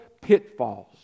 pitfalls